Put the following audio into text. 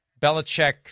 Belichick